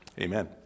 Amen